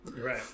Right